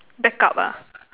backup ah